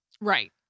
Right